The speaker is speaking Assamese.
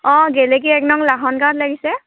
অঁ গেলেকী এক নং লাহন গাঁৱত লাগিছে